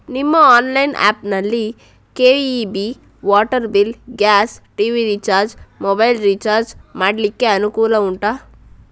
ನಿಮ್ಮ online app ನಲ್ಲಿ KEB, water bill, gas, TV recharge, mobile recharge ಮಾಡ್ಲಿಕ್ಕೆ ಅನುಕೂಲ ಉಂಟಾ